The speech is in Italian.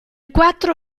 quattro